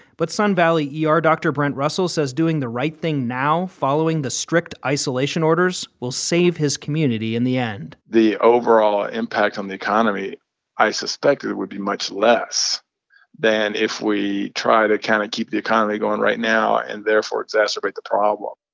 but sun valley yeah ah er dr. brent russell says doing the right thing now, following the strict isolation orders, will save his community in the end the overall impact on the economy i suspect it would be much less than if we try to kind of keep the economy going right now and therefore exacerbate the problem